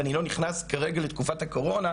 אני לא נכנס כרגע לתקופת הקורונה,